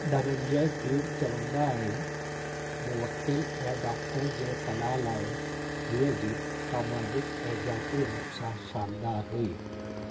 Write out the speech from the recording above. धनंजय कीर चवंदा आहिनि मुवक्किल ऐं डॉक्टर जे सलाह लाइ हीअ जीत सामाजिक ऐं जाती रूप सां शानदार हुई